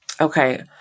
Okay